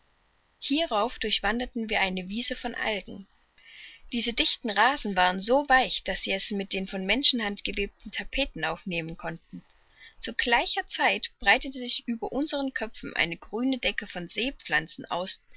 hierauf durchwanderten wir eine wiese von algen diese dichten rasen waren so weich daß sie es mit den von menschenhand gewebten tapeten aufnehmen konnten zu gleicher zeit breitete sich über unseren köpfen eine grüne decke von seepflanzen aus